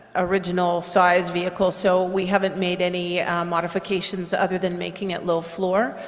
original sized vehicle so we haven't made any modifications other than making it low-floor,